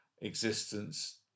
existence